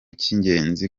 cy’ingenzi